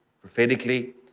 prophetically